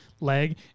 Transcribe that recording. leg